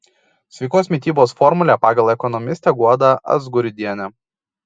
sveikos mitybos formulė pagal ekonomistę guodą azguridienę